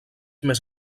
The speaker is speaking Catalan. més